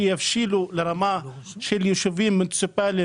כך שיבשילו לרמה של כל יישוב אחר